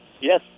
Yes